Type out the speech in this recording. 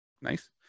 Nice